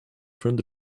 friend